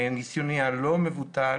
מניסיוני לא מבוטל,